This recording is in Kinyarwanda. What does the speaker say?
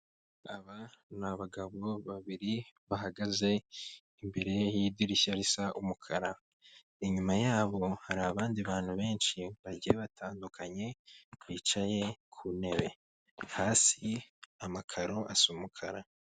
Aba ni abagabo babiri bahagaze imbere y'idirishya risa umukara. Inyuma yabo hari abandi bantu benshi bagiye batandukanye bicaye ku ntebe. Hasi amakaro asa umukara.